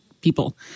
people